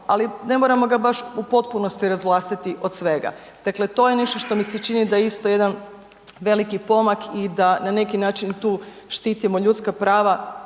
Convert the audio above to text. ali ne moramo ga baš u potpunosti razvlastiti od svega, dakle to je nešto što mi se čini da je isto jedan veliki pomak i da na neki način tu štitimo ljudska prava,